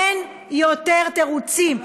אין יותר תירוצים.